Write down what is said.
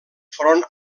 front